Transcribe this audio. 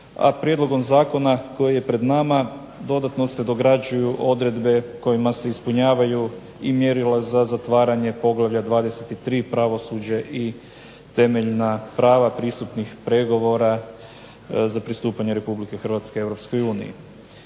a prijedlogom zakona koji je pred nama dodatno se dograđuju odredbe kojima se ispunjavaju i mjerila za zatvaranje Poglavlja 23. – Pravosuđe i temeljna prava pristupnih pregovora za pristupanje Republike Hrvatske